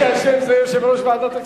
מי שאשם זה יושב-ראש ועדת הכספים.